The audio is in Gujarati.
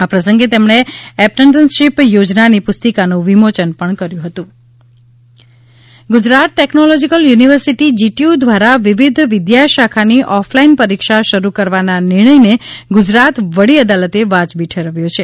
આ પ્રસંગે તેમણે એપ્રન્ટિસશીપ યોજનાની પુસ્તિકાનું વિમોચન પણ કર્યું હતું ઓફલાઈન પરીક્ષા વડી અદાલત ગુજરાત ટેક્નોલોજીકલ યુનિવર્સિટી જીટીયુ દ્વારા વિવિધ વિદ્યાશાખાની ઓફલાઈન પરીક્ષા શરૂ કરવાના નિર્ણયને ગુજરાત વડી અદાલતે વાજબી ઠેરવ્યો છે